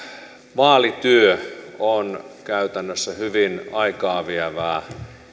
vaalityö on käytännössä hyvin aikaa vievää